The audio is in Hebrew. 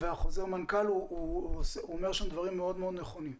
וחוזר המנכ"ל אומר דברים מאוד מאוד נכונים.